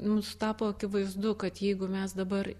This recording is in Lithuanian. mums tapo akivaizdu kad jeigu mes dabar